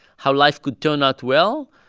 how life could turn out well,